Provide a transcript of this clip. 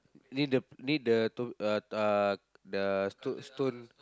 need the need the tho~ uh uh the st~ stone